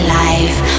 life